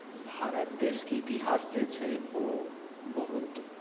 भारत देशके इतिहास जे छै ओ बहुत